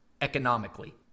economically